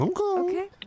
Okay